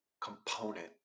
component